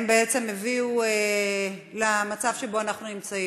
הם בעצם הביאו למצב שבו אנחנו נמצאים.